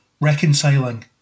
reconciling